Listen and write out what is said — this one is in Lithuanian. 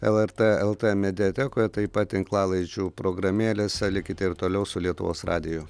lrt lt mediatekoje taip pat tinklalaidžių programėlėse likite ir toliau su lietuvos radiju